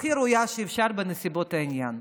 הכי ראויה שאפשר בנסיבות העניין.